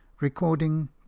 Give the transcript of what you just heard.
recording